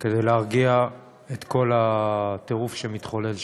כדי להרגיע את כל הטירוף שמתחולל שם.